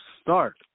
start